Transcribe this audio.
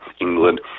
England